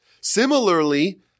Similarly